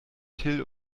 till